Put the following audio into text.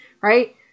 Right